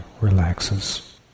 relaxes